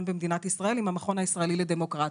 במדינת ישראל יחד עם המכון הישראלי לדמוקרטיה.